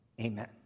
Amen